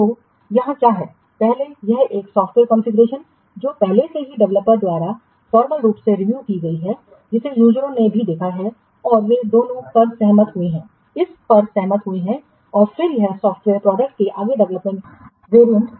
तो यहाँ क्या है पहले यह एक सॉफ्टवेयर कॉन्फ़िगरेशन जो पहले से ही डेवलपर द्वारा फॉर्मल रूप से रिव्यू की गई है जिसे यूजरओं ने भी देखा है और वे दोनों पर सहमत हुए हैं इस पर सहमत हुए हैं और फिर यह सॉफ्टवेयर प्रोडक्ट के आगे डेवलपमेंट के लिए एक आधार के रूप में काम कर सकता है